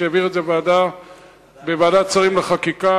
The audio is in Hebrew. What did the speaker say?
שהעביר את זה בוועדת שרים לחקיקה,